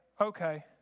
okay